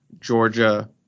Georgia